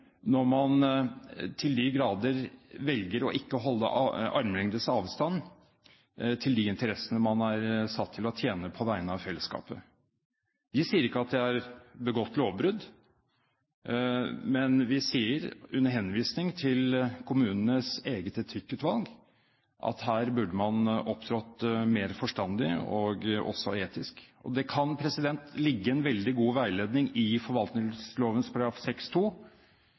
når man til de grader velger å ikke holde armlengdes avstand til de interessene man er satt til å tjene på vegne av fellesskapet. Vi sier ikke at det er begått lovbrudd. Men vi sier, under henvisning til kommunenes eget etikkutvalg, at her burde man opptrådt mer forstandig, også etisk. Og det kan ligge en veldig god veiledning i